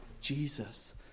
Jesus